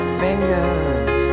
fingers